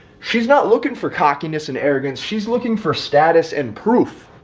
she's not looking for cockiness and arrogance. she's looking for status and proof.